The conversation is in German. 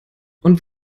und